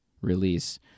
release